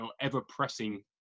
ever-pressing